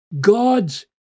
God's